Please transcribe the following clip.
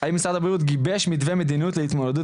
הבריאות גיבש מתווה מדיניות להתמודדות